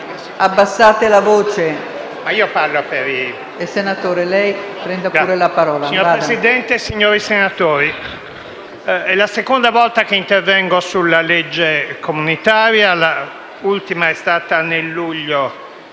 Signora Presidente, signori senatori, è la seconda volta che intervengo sul disegno di legge europea, l'ultima è stata nel luglio